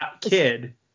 kid